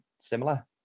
similar